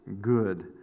good